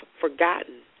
forgotten